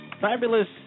fabulous